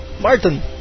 Martin